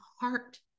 heart